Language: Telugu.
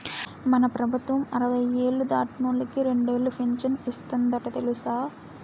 మన ప్రభుత్వం అరవై ఏళ్ళు దాటినోళ్ళకి రెండేలు పింఛను ఇస్తందట తెలుసా